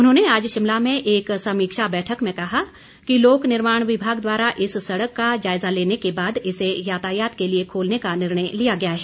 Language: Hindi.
उन्होंने आज शिमला में एक समीक्षा बैठक में कहा कि लोक निर्माण विभाग द्वारा इस सड़क का जायजा लेने के बाद इसे यातायात के लिए खोलने का निर्णय लिया गया है